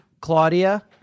Claudia